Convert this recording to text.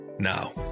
Now